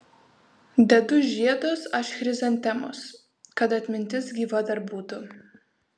dedu žiedus aš chrizantemos kad atmintis gyva dar būtų